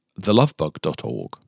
thelovebug.org